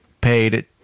paid